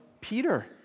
Peter